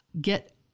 get